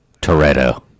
Toretto